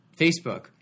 Facebook